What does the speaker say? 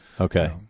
Okay